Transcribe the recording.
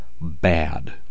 bad